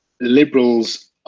liberals